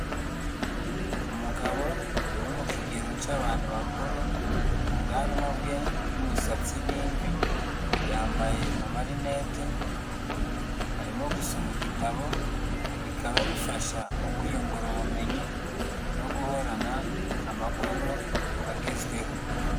Umugabo uri mu kigero cy'abantu bakuru, ubwanwa bwe n'umusatsi ni imvi, yambaye amarinete, arimo gusoma igitabo bikaba bifasha mu kwiyungura ubumenyi no guhorana amakuru agezweho.